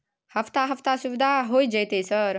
हफ्ता हफ्ता सुविधा होय जयते सर?